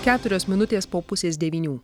keturios minutės po pusės devynių